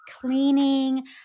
cleaning